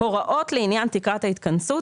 הוראות לעניין תקרת ההתכנסות,